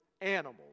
animals